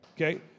Okay